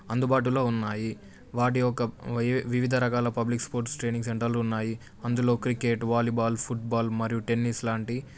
అందుబాటులో ఉన్నాయి వాటి యొక్క వివిధ రకాల పబ్లిక్ స్పోర్ట్స్ ట్రైనింగ్ సెంటర్లు ఉన్నాయి అందులో క్రికెట్ వాలీబాల్ ఫుట్బాల్ మరియు టెన్నీస్ లాంటి